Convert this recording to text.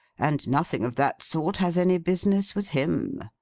and nothing of that sort has any business with him.